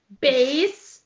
base